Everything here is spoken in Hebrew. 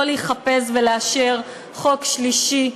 לא להיחפז ולאשר חוק שלישי,